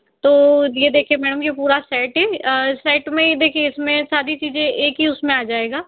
तो ये देखिए मैम ये पूरा सेट है सेट में देखिए इसमें सारी चीज़ें एक ही उसमें आ जाएगा